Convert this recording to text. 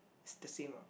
it's the same ah